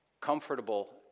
comfortable